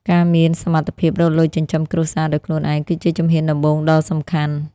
ការមានសមត្ថភាពរកលុយចិញ្ចឹមគ្រួសារដោយខ្លួនឯងគឺជាជំហានដំបូងដ៏សំខាន់។